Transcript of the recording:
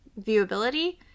viewability